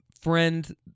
friend